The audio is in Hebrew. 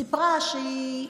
היא סיפרה שהיא חווה,